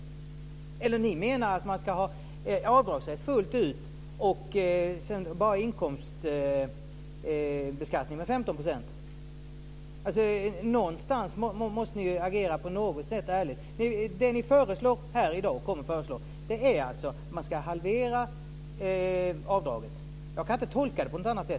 Menar ni att man ska ha avdragsrätt fullt ut och sedan bara en inkomstbeskattning med 15 %? Någonstans måste ni väl agera på något sätt ärligt. Vad ni i dag kommer att föreslå är alltså en halvering av avdragsrätten. På annat sätt kan jag inte tolka det.